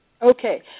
Okay